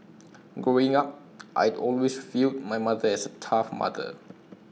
growing up I'd always viewed my mother as A tough mother